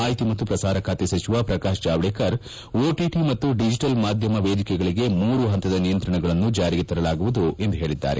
ಮಾಹಿತಿ ಮತ್ತು ಪ್ರಸಾರ ಖಾತೆ ಸಚಿವ ಪ್ರಕಾಶ್ ಜಾವಡೇಕರ್ ಓಟಿಟಿ ಮತ್ತು ಡಿಜಿಟಲ್ ಮಾಧ್ಯಮ ವೇದಿಕೆಗಳಿಗೆ ಮೂರು ಪಂತದ ನಿಯಂತ್ರಣವನ್ನು ಜಾರಿಗೆ ತರಲಾಗುವುದು ಎಂದು ಹೇಳಿದ್ದಾರೆ